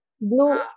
Blue